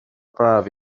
braf